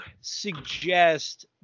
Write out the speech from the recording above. suggest